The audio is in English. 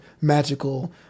magical